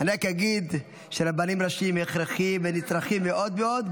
אני רק אגיד שרבנים ראשיים הכרחיים ונצרכים מאוד מאוד,